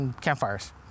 campfires